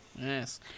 Yes